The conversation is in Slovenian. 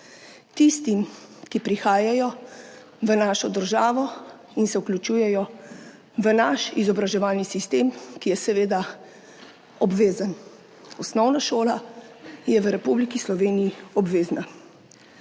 tistim, ki prihajajo v našo državo in se vključujejo v naš izobraževalni sistem, ki je seveda obvezen. Osnovna šola je v Republiki Sloveniji obvezna.